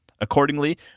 Accordingly